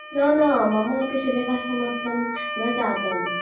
न न ममापि सिलेबस् समाप्तं न जातं